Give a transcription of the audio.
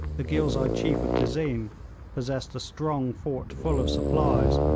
the ghilzai chief of tezeen possessed a strong fort full of supplies,